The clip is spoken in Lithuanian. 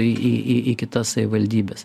į į į kitas savivaldybes